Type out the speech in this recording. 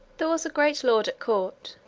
there was a great lord at court,